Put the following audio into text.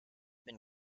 been